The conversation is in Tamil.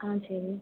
ஆ சரி